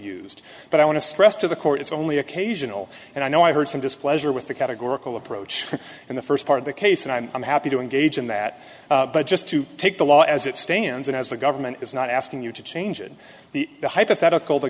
used but i want to stress to the court it's only occasional and i know i heard some displeasure with the categorical approach in the first part of the case and i'm i'm happy to engage in that but just to take the law as it stands and as the government is not asking you to change it the hypothetical the